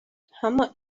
اما